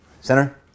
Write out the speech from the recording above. Center